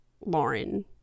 lauren